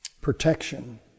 protection